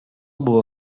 było